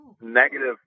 negative